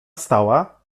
wstała